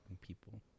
people